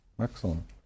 Excellent